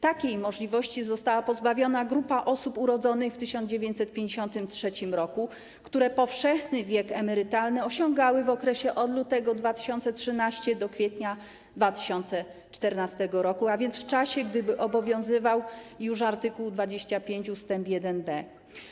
Takiej możliwości została pozbawiona grupa osób urodzonych w 1953 r., które powszechny wiek emerytalny osiągały w okresie od lutego 2013 r. do kwietnia 2014 r., a więc w czasie, gdy obowiązywał już art. 25 ust. 1d.